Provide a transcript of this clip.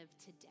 today